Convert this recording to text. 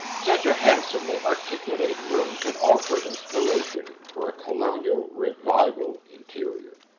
such a handsomely-articulated room can offer inspiration for a colonial revival interior.